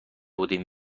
بودیم